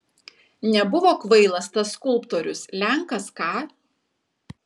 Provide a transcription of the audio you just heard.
nebuvo kvailas tas skulptorius lenkas ką